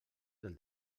del